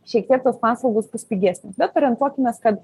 šiek tiek tos paslaugos bus pigesnės bet orientuokimės kad